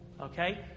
Okay